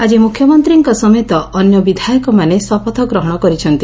ଆକି ମୁଖ୍ୟମନ୍ତୀଙ୍କ ସମେତ ଅନ୍ୟ ବିଧାୟକମାନେ ଶପଥ ଗ୍ରହଶ କରିଛନ୍ତି